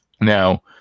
Now